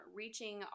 reaching